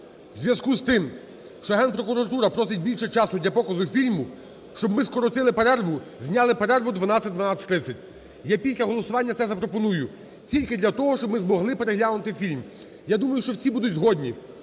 зв'язку з тим, що Генпрокуратура просить більше часу для показу фільму, щоб ми скоротили перерву, зняли перерву 12:00-12:30. Я після голосування це запропоную тільки для того, щоб ми змогли переглянути фільм. Я думаю, що всі будуть згодні,